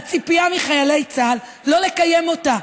הציפייה מחיילי צה"ל היא לא לקיים אותה.